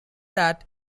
that